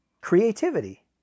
creativity